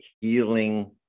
healing